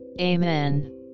Amen